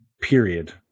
period